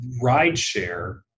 rideshare